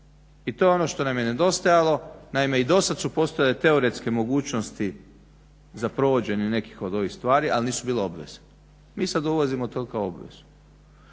i to je ono što nam je nedostajalo. Naime, i do sad su postojale teoretske mogućnosti za provođenje nekih od ovih stvari ali nisu bile obveze. Mi sad uvodimo to kao obvezu.